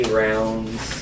rounds